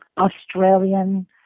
Australian